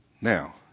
Now